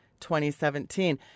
2017